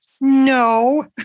No